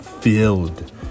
filled